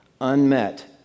unmet